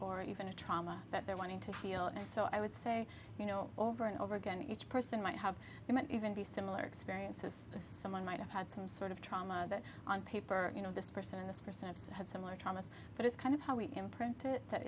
or even a trauma that they're wanting to heal and so i would say you know over and over again each person might have it might even be similar experiences someone might have had some sort of trauma but on paper you know this person and this person have said similar thomas but it's kind of how we imprint i